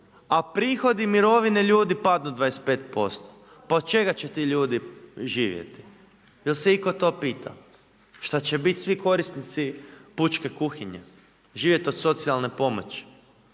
A prihodi i mirovina ljudi padnu 25%, pa od čega će ti ljudi živjeti? Jel se itko to pita? Šta će biti svi korisnici pučke kuhinje? Živjeti od socijalne pomoći?